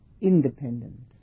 independent